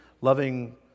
Loving